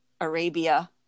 Arabia